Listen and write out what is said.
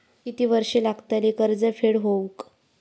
किती वर्षे लागतली कर्ज फेड होऊक?